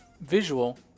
visual